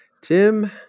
Tim